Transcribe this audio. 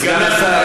סגן השר.